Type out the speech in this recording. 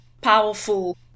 powerful